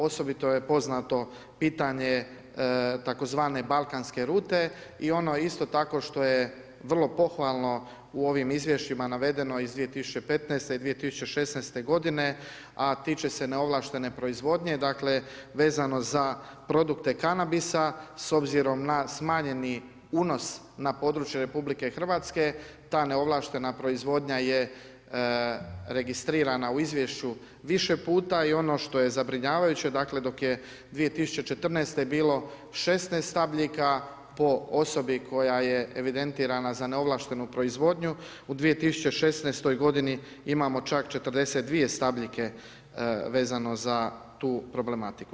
Osobito je poznato pitanje tzv. Balkanske rute i ono isto tako što je vrlo pohvalno u ovim izvješćima navedeno iz 2015. i 2016. godine, a tiče se neovlaštene proizvodnje, dakle vezano za produkte kanabisa s obzirom na smanjeni unos na području RH, ta neovlaštena proizvodnja je registrirana u izvješću više puta i ono što je zabrinjavajuće dakle, dok je 2014. bilo 16 stabljika po osobi koja je evidentirana za neovlaštenu proizvodnju, u 2016. imamo čak 42 stabljike vezano za tu problematiku.